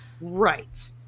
Right